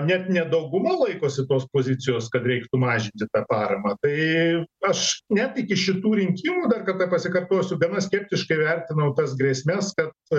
net ne dauguma laikosi tos pozicijos kad reiktų mažinti tą paramą tai aš net iki šitų rinkimų dar kartą pasikartosiu gana skeptiškai vertinau tas grėsmes kad